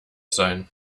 sein